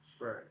Right